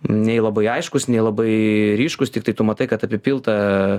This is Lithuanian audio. nei labai aiškūs nelabai ryškūs tiktai tu matai kad apipilta